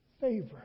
Favor